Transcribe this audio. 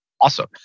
awesome